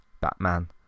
Batman